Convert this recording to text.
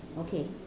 okay